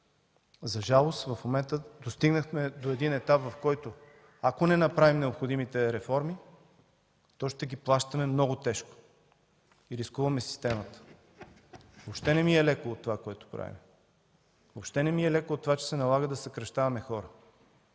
За жалост, в момента достигнахме до етап, в който, ако не направим необходимите реформи, то ще ги плащаме много тежко и рискуваме системата. Въобще не ми е леко от това, което правим. Въобще не ми е леко от това, че се налага да съкращаваме хора.